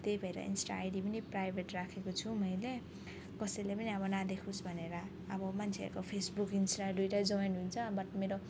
त्यही भएर Insta ID पनि प्राइभेट राखेको छु मैले कसैले पनि अब नदेखोस् भनेर अब मान्छेहरूको फेसबुक इन्स्टा दुईवटा जोइन हुन्छ बट मेरो